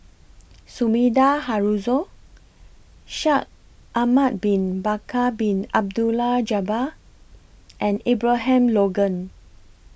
Sumida Haruzo Shaikh Ahmad Bin Bakar Bin Abdullah Jabbar and Abraham Logan